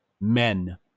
men